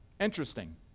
Interesting